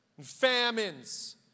famines